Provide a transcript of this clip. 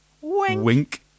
Wink